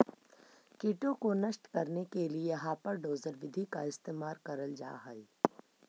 कीटों को नष्ट करने के लिए हापर डोजर विधि का इस्तेमाल करल जा हई